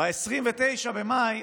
ב-29 במאי,